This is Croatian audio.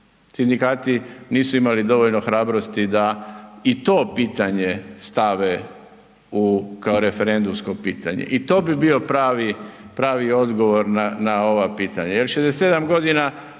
Sindikati nisu imali dovoljno hrabrosti da i to pitanje stave u kao referendumsko pitanje i to bi bio pravi odgovor na ova pitanja